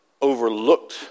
overlooked